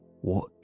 What